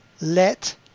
let